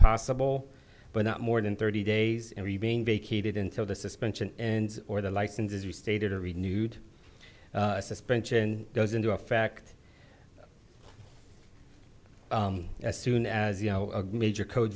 possible but not more than thirty days are you being vacated until the suspension and or the license as you stated a renewed suspension goes into effect as soon as you know a major code